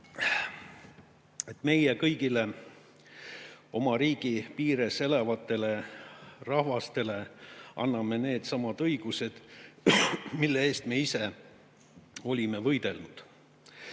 et meie kõigile oma riigi piires elavatele rahvastele anname needsamad õigused, mille eest me ise olime võidelnud.